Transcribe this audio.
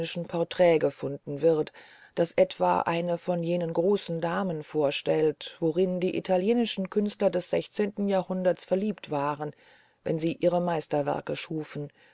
porträte gefunden wird das etwa eine von jenen großen damen vorstellt worin die italienischen künstler des sechzehnten jahrhunderts verliebt waren wenn sie ihre meisterwerke schufen